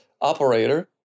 operator